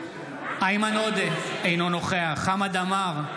איימן עודה, אינו נוכח חמד עמאר,